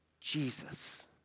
Jesus